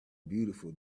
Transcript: beautiful